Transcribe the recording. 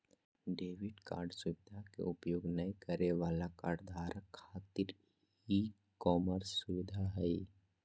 debit card सुवधा के उपयोग नय करे वाला कार्डधारक खातिर ई कॉमर्स सुविधा हइ